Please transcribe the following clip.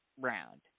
round